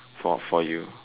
for for you